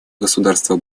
государство